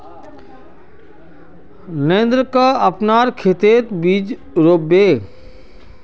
नरेंद्रक अपनार खेतत बीज रोप बे